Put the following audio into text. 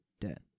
dead